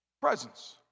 Presence